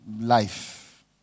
life